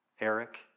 Eric